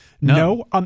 No